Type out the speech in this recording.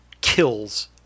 kills